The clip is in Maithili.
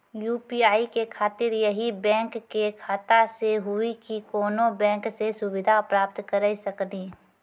यु.पी.आई के खातिर यही बैंक के खाता से हुई की कोनो बैंक से सुविधा प्राप्त करऽ सकनी?